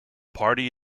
party